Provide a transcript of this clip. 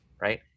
right